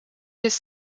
his